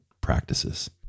practices